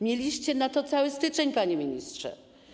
Mieliście na to cały styczeń, panie ministrze.